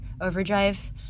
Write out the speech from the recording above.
overdrive